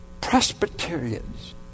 Presbyterians